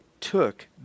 took